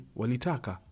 walitaka